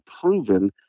proven